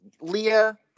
Leah